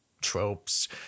tropes